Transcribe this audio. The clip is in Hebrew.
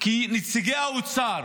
כי נציגי האוצר